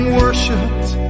worshipped